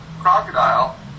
crocodile